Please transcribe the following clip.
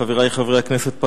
חברי חברי הכנסת,